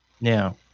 Now